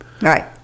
Right